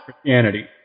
Christianity